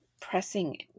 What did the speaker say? pressing